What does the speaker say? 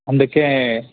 అందుకే